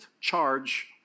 charge